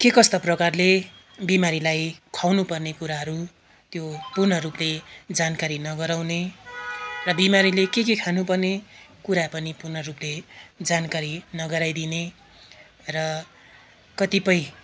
के कस्ता प्रकारले बिमारीलाई खुवाउनुपर्ने कुराहरू त्यो पूर्ण रूपले जानकारी नगराउने र बिमारीले के के खानुपर्ने कुरा पनि पूर्ण रूपले जानकारी नगराइदिने र कतिपय